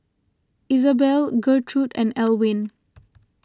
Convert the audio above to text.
Izabelle Gertrude and Elwin